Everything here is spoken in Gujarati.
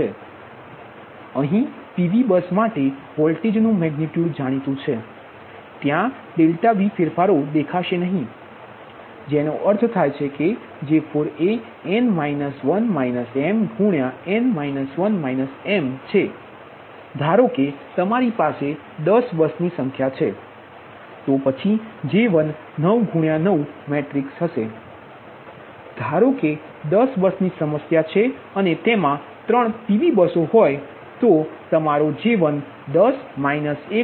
તેથી અહીં PV બસ માટે વોલ્ટેજનુ મેગનિટયુડ જાણીતુ છે ત્યા ΔV ફેરફારો દેખાશે નહીં જેનો અર્થ થાય છે કે J4એ છે ધારો કે તમારી પાસે 10 બસની સમસ્યા છે તો પછી J19 9 મેટ્રિક્સ હશે અને ધારો કે 10 બસની સમસ્યામાં તમારી પાસે 3 PV બસો છે તો પછી તે 10 1 3